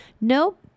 Nope